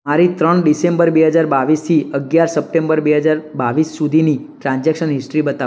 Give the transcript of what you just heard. મારી ત્રણ ડીસેમ્બર બે હજાર બાવીસથી અગિયાર સપ્ટેમ્બર બે હજાર બાવીસ સુધીની ટ્રાન્ઝેક્શન હિસ્ટ્રી બતાવો